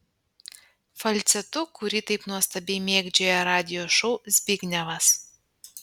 falcetu kurį taip nuostabiai mėgdžioja radijo šou zbignevas